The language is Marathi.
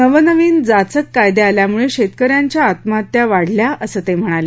नवनविन जाचक कायदे आल्यामुळे शेतकऱ्यांच्या आत्महत्या वाढल्या असं ते म्हणाले